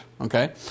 Okay